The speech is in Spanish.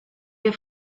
que